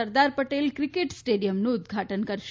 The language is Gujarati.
સરદાર પટેલ ક્રિકેટ સ્ટેડિયમનું ઉદઘાટન કરશે